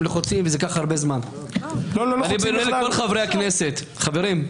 לכל חברי הכנסת: חברים,